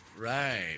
Right